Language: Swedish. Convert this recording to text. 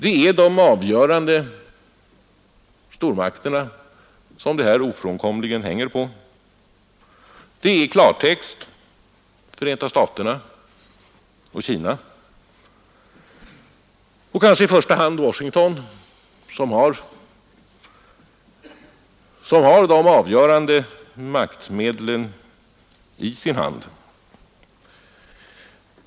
Det hänger här ofrånkomligen på stormakterna, För att tala klartext är det Förenta staterna och Kina — kanske i första hand Washington — som har de avgörande maktmedlen i sin hand.